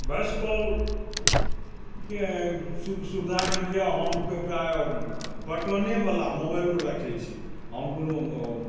voice कॉलकेँ सुविधाके लिए हम प्रायः बटनेवला मोबाइलो राखै छी हम कोनो